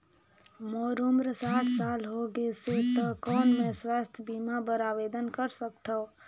मोर उम्र साठ साल हो गे से त कौन मैं स्वास्थ बीमा बर आवेदन कर सकथव?